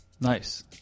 Nice